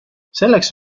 selleks